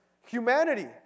humanity